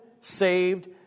saved